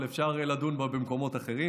אבל אפשר לדון בה במקומות אחרים.